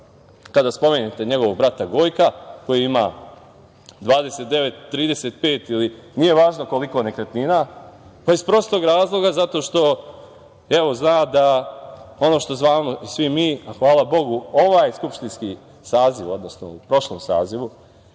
kada spomenete njegovog brata Gojka, koji ima 29, 35 ili nije važno koliko nekretnina? Pa iz prostog razloga zato što evo zna da ono što znamo svi mi, a hvala Bogu, ovaj skupštinski saziv, odnosno u prošlom sazivu